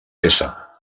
peça